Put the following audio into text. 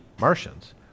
Martians